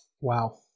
wow